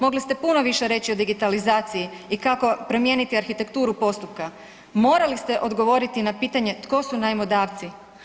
Mogli ste puno više reći o digitalizaciji i kako promijeniti arhitekturu postupka, morali ste odgovoriti na pitanje tko su najmodavci.